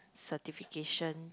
certification